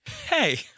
hey